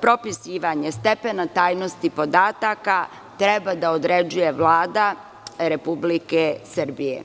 propisivanje stepena tajnosti podataka treba da određuje Vlada Republike Srbije.